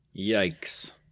Yikes